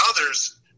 others